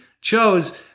chose